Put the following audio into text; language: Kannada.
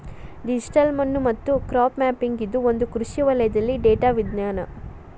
ಡಿಜಿಟಲ್ ಮಣ್ಣು ಮತ್ತು ಕ್ರಾಪ್ ಮ್ಯಾಪಿಂಗ್ ಇದು ಒಂದು ಕೃಷಿ ವಲಯದಲ್ಲಿ ಡೇಟಾ ವಿಜ್ಞಾನ